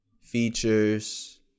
features